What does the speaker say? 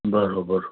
बराबरि